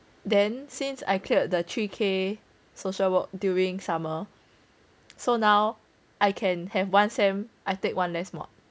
then since I cleared the three K social work during summer so now I can have one sem I take one less mod